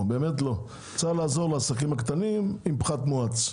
אלא לעזור לעסקים קטנים עם פחת מואץ.